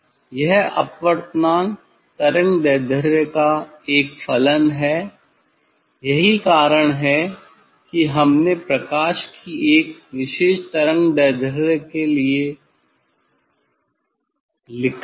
यह अपवर्तनांक तरंगदैर्ध्य का एक फलन है यही कारण है कि हमने प्रकाश की एक विशेष तरंगदैर्ध्य के लिए लिखा है